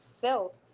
filled